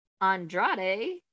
Andrade